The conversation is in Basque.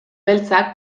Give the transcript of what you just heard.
beltzak